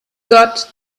got